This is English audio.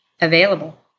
available